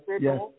yes